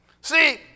See